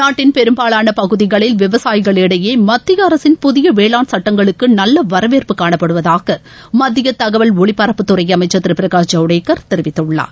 நாட்டின் பெரும்பாலான பகுதிகளில் விவசாயிகளிடையே மத்திய அரசின் புதிய வேளாண் சட்டங்களுக்கு நல்ல வரவேற்பு காணப்படுவதாக மத்திய தகவல் ஒலிபரப்புத்துறை அமைச்சர் திரு பிரகாஷ் ஐவடேகர் தெரிவித்துள்ளார்